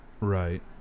right